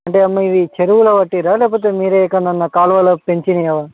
అంటే అమ్మా ఇవి చెరువులో పట్టిర్రా లేకపోతే మీరు ఎక్కడ అన్నా కాలువలో పెంచినవా